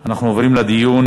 אנחנו עוברים לדיון.